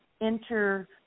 enter